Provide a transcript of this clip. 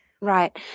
Right